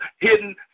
hidden